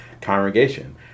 congregation